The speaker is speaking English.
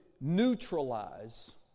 neutralize